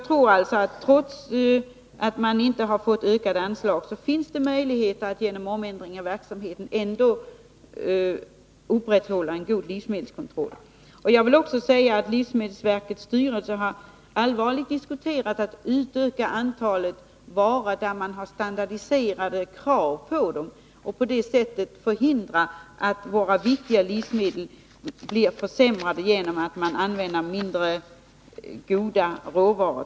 Trots att man inte fått ökade anslag tror jag alltså att det finns möjligheter att genom en omändring av verksamheten upprätthålla en god livsmedelskontroll. Jag vill också säga att livsmedelsverkets styrelse har allvarligt diskuterat att utöka antalet varor där man har standardiserade krav och på det sättet förhindra att våra viktiga livsmedel blir försämrade genom att man använder mindre goda råvaror.